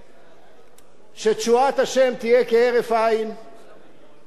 שתשועת השם תהיה כהרף עין ו-120 חברי